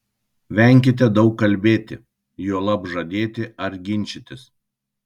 venkite daug kalbėti juolab žadėti ar ginčytis